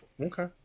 Okay